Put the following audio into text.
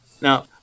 Now